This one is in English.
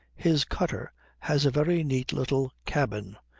his cutter has a very neat little cabin,